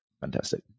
Fantastic